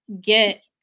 get